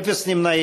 47, אפס נמנעים.